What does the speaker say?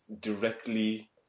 directly